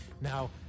now